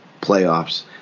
playoffs